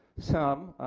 some,